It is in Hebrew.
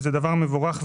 וזה דבר מבורך.